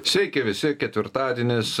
sveiki visi ketvirtadienis